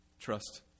trust